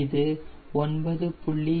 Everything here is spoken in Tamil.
இது 9